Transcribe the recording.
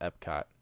Epcot